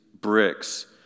bricks